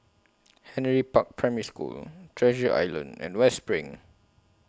Henry Park Primary School Treasure Island and West SPRING